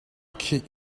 khih